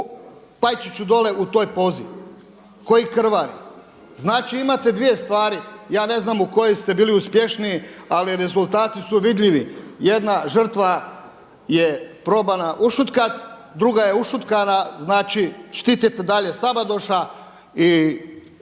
Pajčić dole u toj pozi koji krvari. Znači imate dvije stvari, ja ne znam u kojoj ste bili uspješniji, ali rezultati su vidljivi. Jedna žrtva je probana ušutkat, druga je ušutkana. Znači, štitite dalje Savadoša i